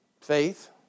Faith